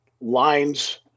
lines